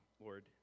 Lord